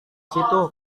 situ